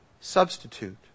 substitute